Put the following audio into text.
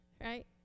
right